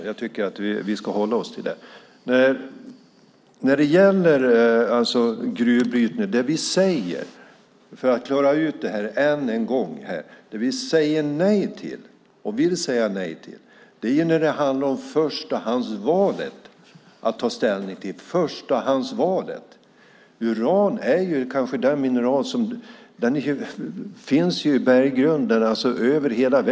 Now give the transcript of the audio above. Fru talman! Det blir lite märkligt att man i ett replikskifte med mig börja diskutera Socialdemokraternas och Miljöpartiets hållning. Jag försöker hålla mig till vad Folkpartiet säger för någonting, inte vad de övriga tycker. Jag tycker att vi ska hålla oss till det. För att klara ut det än en gång: Det vi säger nej till, och vill säga nej till, är att ta ställning till förstahandsvalet.